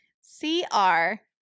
c-r